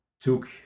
took